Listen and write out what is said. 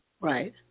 Right